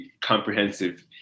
Comprehensive